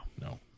No